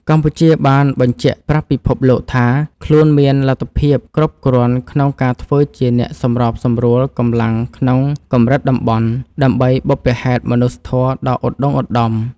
កម្ពុជាបានបញ្ជាក់ប្រាប់ពិភពលោកថា ខ្លួនមានលទ្ធភាពគ្រប់គ្រាន់ក្នុងការធ្វើជាអ្នកសម្របសម្រួលកម្លាំងក្នុងកម្រិតតំបន់ ដើម្បីបុព្វហេតុមនុស្សធម៌ដ៏ឧត្តុង្គឧត្តម។